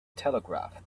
telegraph